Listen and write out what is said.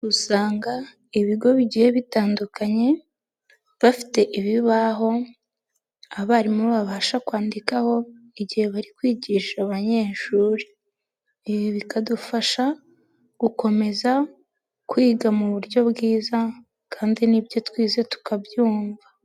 Usanga ibigo bigiye bitandukanye bafite ibibaho abarimu babasha kwandikaho igihe bari kwigisha abanyeshuri. Ibi bikadufasha gukomeza kwiga mu buryo bwiza kandi n'ibyo twize tukabyumva.